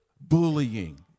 bullying